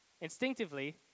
Instinctively